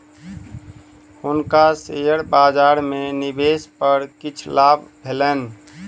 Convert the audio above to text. हुनका शेयर बजार में निवेश पर किछ लाभ भेलैन